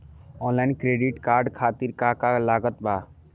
Online credit card खातिर का का लागत बा?